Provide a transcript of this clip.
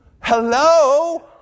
Hello